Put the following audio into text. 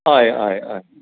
हय हय हय